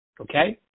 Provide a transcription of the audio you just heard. Okay